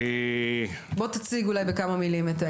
יוסי בוא תציג לנו אולי בכמה מילים.